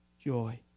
joy